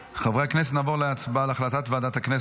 פרקים וסעיפים אלה יעברו אחרי החלטת הכנסת